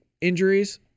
injuries